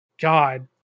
God